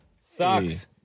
Sucks